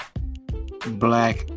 black